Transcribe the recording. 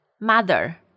Mother